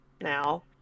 now